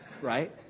right